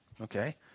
Okay